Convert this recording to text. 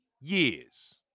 years